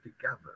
together